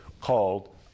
called